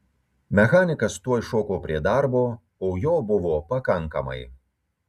mechanikas tuoj šoko prie darbo o jo buvo pakankamai